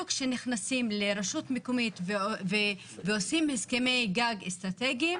כשנכנסים לרשות מקומית ועושים הסכמי גג אסטרטגיים,